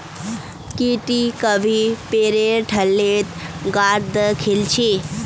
की टी कभी पेरेर ठल्लीत गांठ द खिल छि